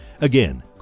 again